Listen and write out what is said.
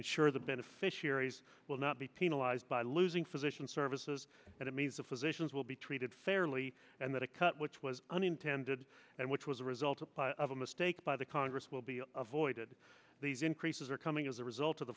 ensure the beneficiaries will not be penalized by losing physician services but it means the physicians will be treated fairly and that a cut which was unintended and which was a result of a mistake by the congress will be avoided these increases are coming as a result of the